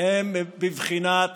הם בבחינת